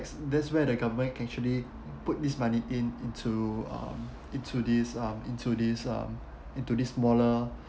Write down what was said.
that's where the government can actually put this money in into um into this um into this um into this smaller